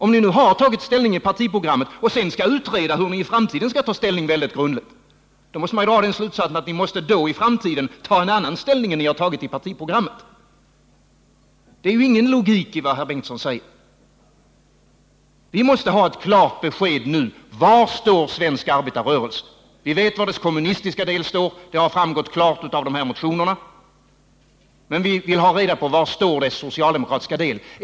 Om ni nu tagit ställning i partiprogrammet och sedan skall utreda mycket grundligt hur ni i framtiden skall ta ställning måste man dra slutsatsen att ni i framtiden måste inta en annan ställning än ni gjort i partiprogrammet. Det är ju ingen logik i vad herr Bengtsson säger. Och vi måste ha klart besked: Var står svensk arbetarrörelse? Vi vet var dess kommunistiska del står — det har framgått klart av de här motionerna. Men vi vill ha reda på var dess socialdemokratiska del står.